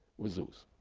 with zeus